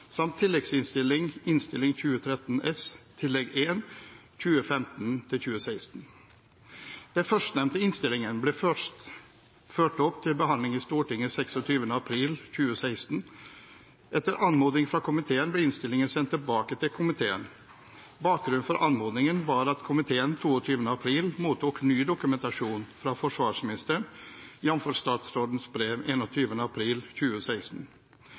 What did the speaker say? samt tilleggsinnstilling Innst. 213 S Tillegg 1 for 2015–2016. Den førstnevnte innstillingen ble først ført opp til behandling i Stortinget 26. april 2016. Etter anmodning fra komiteen ble innstillingen sendt tilbake til komiteen. Bakgrunnen for anmodningen var at komiteen 22. april mottok ny dokumentasjon fra forsvarsministeren, jf. statsrådens brev av 21. april 2016.